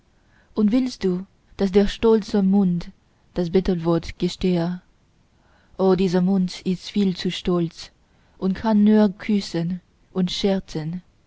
und willst du daß der stolze mund das bettelwort gestehe o dieser mund ist viel zu stolz und kann nur küssen und scherzen